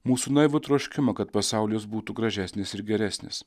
mūsų naivų troškimą kad pasaulis būtų gražesnis ir geresnis